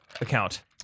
account